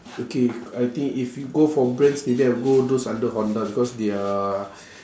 okay I think if you go for brands maybe I will go those under honda because they are